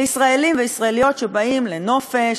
לישראלים ולישראליות שבאים לנופש,